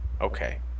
Okay